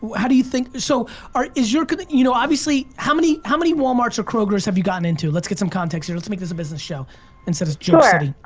how do you think, so is your, kind of you know obviously, how many how many walmarts or krogers have you gotten into? let's get some context here, let's make this a business show instead of joke city.